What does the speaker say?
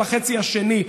מהחצי השני,